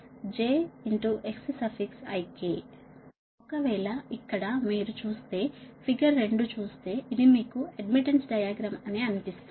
xik ఒకవేళ ఇక్కడ మీరు చూస్తే ఫిగర్ రెండు చూస్తే ఇది మీకు అడ్మిటెన్స్ డయాగ్రామ్ అని అనిపిస్తుంది